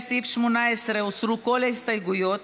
לסעיף 18 הוסרו כל ההסתייגויות,